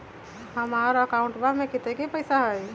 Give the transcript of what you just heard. हमार अकाउंटवा में कतेइक पैसा हई?